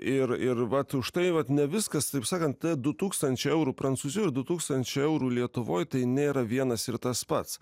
ir ir vat užtai vat ne viskas taip sakant tie du tūkstančiai eurų prancūzijoj du tūkstančiai eurų lietuvoj tai nėra vienas ir tas pats